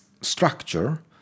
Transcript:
structure